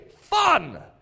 fun